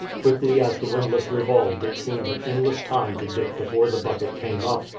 quickly as the windlass revolved it seemed an endless time to dick before the bucket came up,